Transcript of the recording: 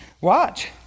Watch